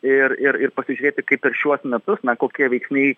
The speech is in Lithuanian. ir ir ir pasižiūrėti kaip per šiuos metus na kokie veiksniai